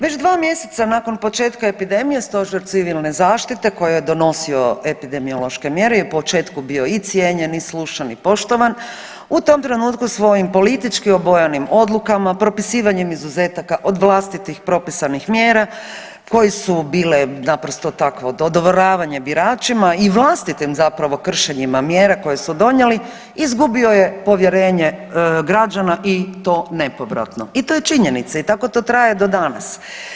Već dva mjeseca nakon početka epidemije Stožer Civilne zaštite koji je donosio epidemiološke mjere i u početku bio i cijenjen i slušan i poštovan, u tom trenutku svojim politički obojanim odlukama, propisivanjem izuzetaka od vlastitih propisanih mjera koje su bile naprosto takvo dodvoravanje biračima i vlastitim zapravo kršenjima mjera koje su donijeli izgubio je povjerenje građana i to nepovratno i to je činjenica i tako to traje do danas.